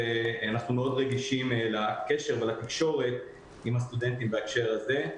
ואנחנו מאוד רגישים לקשר ולתקשורות עם הסטודנטים בהקשר הזה.